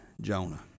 jonah